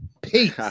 Peace